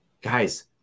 guys